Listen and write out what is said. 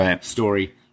story